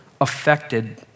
affected